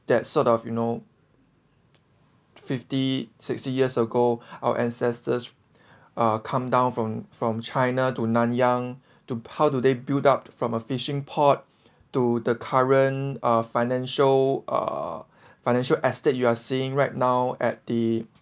that sort of you know fifty sixty years ago our ancestors uh come down from from china to nanyang to how do they built up from a fishing port to the current uh financial uh financial estate you are seeing right now at the